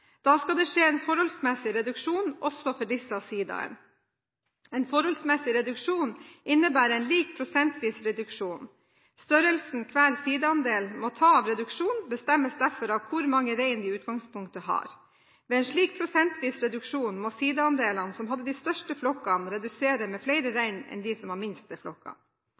Da skal det skje en forholdsmessig reduksjon også for disse sidaene. En forholdsmessig reduksjon innebærer en lik prosentvis reduksjon. Størrelsen hver sidaandel må ta av reduksjonen, bestemmes derfor av hvor mange rein den i utgangspunktet har. Ved en slik prosentvis reduksjon må sidaandelene som har de største flokkene, redusere med flere rein enn de som har de minste